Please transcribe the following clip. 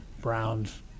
Browns